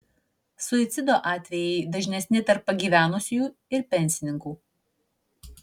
suicido atvejai dažnesni tarp pagyvenusiųjų ir pensininkų